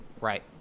Right